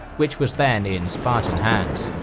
which was then in spartan hands.